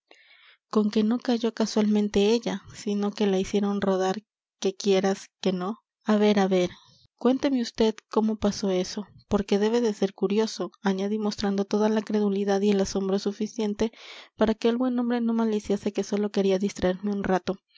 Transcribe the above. conque no cayó casualmente ella sino que la hicieron rodar que quieras que no á ver á ver cuénteme usted cómo pasó eso porque debe de ser curioso añadí mostrando toda la credulidad y el asombro suficiente para que el buen hombre no maliciase que sólo quería distraerme un rato